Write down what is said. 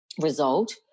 result